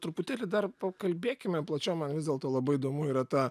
truputėlį dar pakalbėkime plačiau man vis dėlto labai įdomu yra ta